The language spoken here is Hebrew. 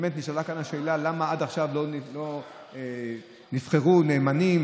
באמת נשאלה כאן השאלה למה עד עכשיו לא נבחרו נאמנים